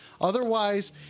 Otherwise